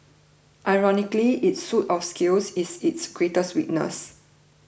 ironically its suit of scales is its greatest weakness